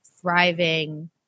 thriving